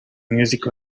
music